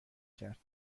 کرد